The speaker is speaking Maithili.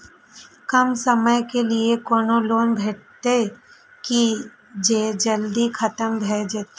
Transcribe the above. कम समय के लीये कोनो लोन भेटतै की जे जल्दी खत्म भे जे?